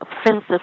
offensive